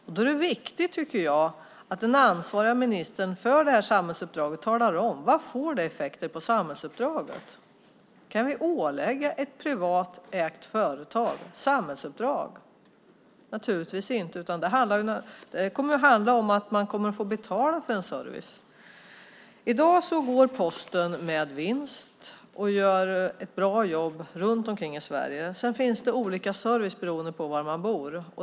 Jag tycker då att det är viktigt att den minister som har ansvaret för detta samhällsuppdrag talar om vad det får för effekter på samhällsuppdraget. Kan vi ålägga ett privatägt företag samhällsuppdrag? Det kan vi naturligtvis inte. Det kommer att handla om att man får betala för en service. I dag går Posten med vinst och gör ett bra jobb runt omkring i Sverige. Sedan finns det olika service beroende på var man bor.